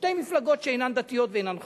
שתי מפלגות שאינן דתיות ואינן חרדיות,